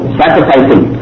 sacrificing